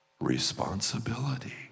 responsibility